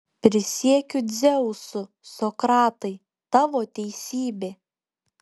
prisiekiu dzeusu sokratai tavo teisybė